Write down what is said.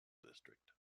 district